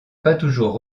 toujours